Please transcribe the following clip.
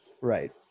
Right